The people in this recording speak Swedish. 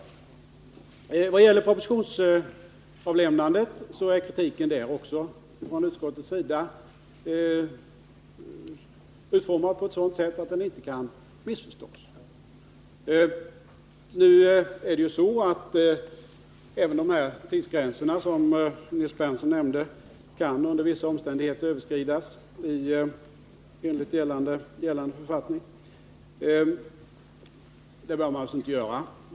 Också när det gäller propositionsavlämnandet är utskottets kritik utformad på ett sådant sätt att den inte kan missförstås. Även de tidsgränser som Nils Berndtson nämnde kan enligt gällande författning under vissa omständigheter överskridas. Men det bör man alltså inte göra.